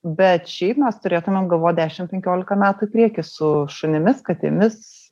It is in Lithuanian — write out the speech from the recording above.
bet šiaip mes turėtumėm galvot dešim penkiolika metų į priekį su šunimis katėmis